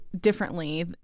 differently